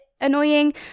annoying